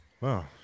Wow